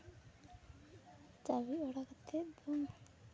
ᱡᱟᱹᱯᱤᱫ ᱵᱟᱲᱟ ᱠᱟᱛᱮ ᱫᱚ